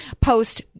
post